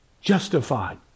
Justified